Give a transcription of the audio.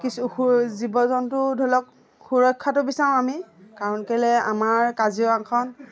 কিছু সু জীৱ জন্তু ধৰি লওক সুৰক্ষাটো বিচাৰোঁ আমি কাৰণ কেলে আমাৰ কাজিৰঙাখন